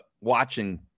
watching